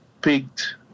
picked